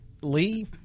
Lee